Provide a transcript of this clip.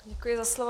Děkuji za slovo.